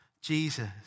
Jesus